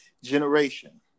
generation